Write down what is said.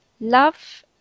Love